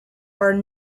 are